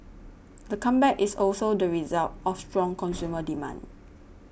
the comeback is also the result of strong consumer demand